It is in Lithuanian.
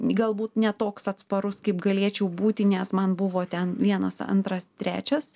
galbūt ne toks atsparus kaip galėčiau būti nes man buvo ten vienas antras trečias